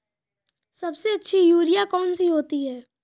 सबसे अच्छी यूरिया कौन सी होती है?